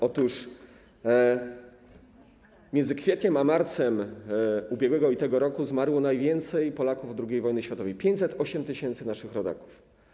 Otóż między kwietniem a marcem ubiegłego i tego roku zmarło najwięcej Polaków od II wojny światowej, 508 tys. naszych rodaków.